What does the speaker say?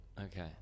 Okay